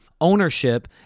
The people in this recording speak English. Ownership